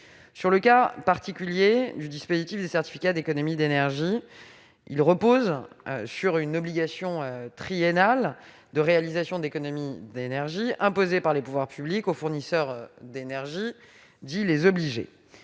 des demandes similaires. Les certificats d'économies d'énergie reposent sur une obligation triennale de réalisation d'économies d'énergie imposée par les pouvoirs publics aux fournisseurs d'énergie, dits les « obligés